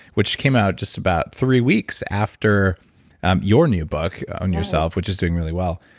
which came out just about three weeks after your new book own your self, which is doing really well.